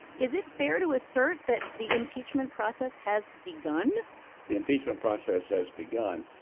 is it fair to assert that the impeachment process has begun the impeachment process has begun.